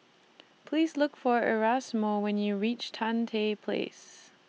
Please Look For Erasmo when YOU REACH Tan Tye Place